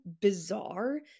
bizarre